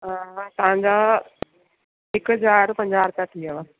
तव्हांजा हिकु हज़ार पंजाहु रुपया थी विया